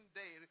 day